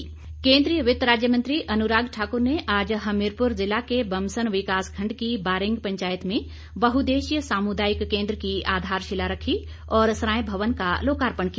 अनुराग ठाकुर केंद्रीय वित्त राज्य मंत्री अनुराग ठाकुर ने आज हमीरपुर जिला के बमसन विकास खंड की बारिंग पंचायत में बहुद्देशीय सामुदायिक केंद्र की आधारशिला रखी और सरांय भवन का लोकार्पण किया